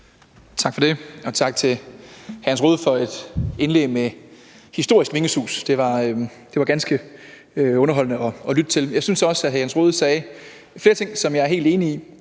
Tak for det, og tak til hr. Jens Rohde for et indlæg med historisk vingesus. Det var ganske underholdende at lytte til. Jeg synes også, at hr. Jens Rohde sagde flere ting, som jeg er helt enig i.